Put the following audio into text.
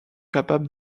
capables